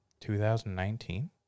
2019